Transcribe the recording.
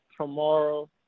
tomorrow